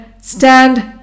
Stand